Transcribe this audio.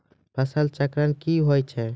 फसल चक्रण कया हैं?